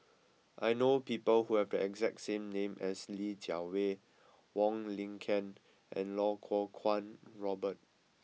I know people who have the exact name as Li Jiawei Wong Lin Ken and Iau Kuo Kwong Robert